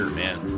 man